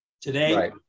today